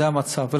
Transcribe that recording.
זה המצב.